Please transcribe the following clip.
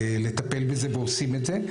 לטפל בזה ועושים את זה.